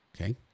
Okay